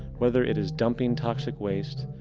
whether it is dumping toxic waste,